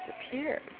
disappeared